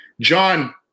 John